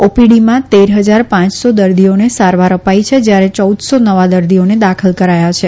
ઓપીડીમાં તેર ફજાર પાંચસો દર્દીઓને સારવાર અપાઈ છે જયારે ચૌદસો નવા દર્દીઓને દાખલ કરાયા છે